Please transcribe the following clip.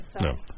no